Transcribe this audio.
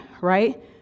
right